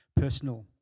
personal